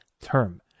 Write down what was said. term